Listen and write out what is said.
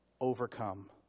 overcome